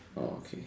orh okay